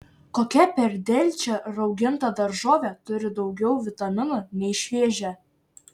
kokia per delčią rauginta daržovė turi daugiau vitaminų nei šviežia